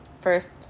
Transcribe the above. first